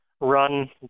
run